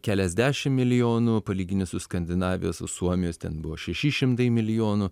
keliasdešim milijonų palygini su skandinavijos su suomijos ten buvo šeši šimtai milijonų